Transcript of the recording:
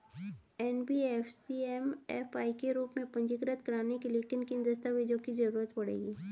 NBFC MFI के रूप में पंजीकृत कराने के लिए किन किन दस्तावेजों की जरूरत पड़ेगी?